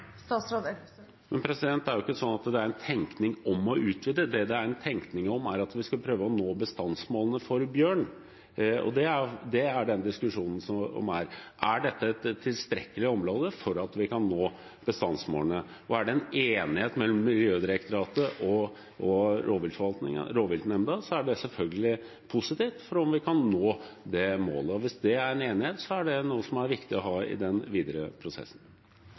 Det er jo ikke slik at det er en tenkning om å utvide. Det det er en tenkning om, er at vi skal prøve å nå bestandsmålene for bjørn, og det er den diskusjonen som går. Er dette et tilstrekkelig område for at vi kan nå bestandsmålene? Er det enighet mellom Miljødirektoratet og rovviltnemnda, er det selvfølgelig positivt for at vi kan nå det målet. Hvis det er enighet, er det noe som er viktig å ha med i den videre prosessen.